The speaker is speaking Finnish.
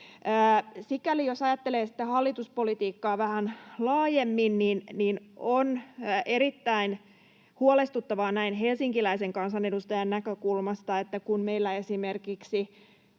Sikäli, jos ajattelee hallituspolitiikkaa vähän laajemmin, on erittäin huolestuttavaa näin helsinkiläisen kansanedustajan näkökulmasta, että kun meillä esimerkiksi